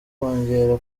kongera